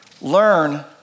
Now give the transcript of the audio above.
Learn